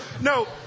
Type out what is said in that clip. no